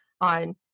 on